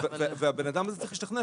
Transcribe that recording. הבן אדם צריך להשתכנע